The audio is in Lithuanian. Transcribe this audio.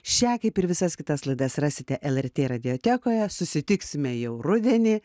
šią kaip ir visas kitas laidas rasite lrt radiotekoje susitiksime jau rudenį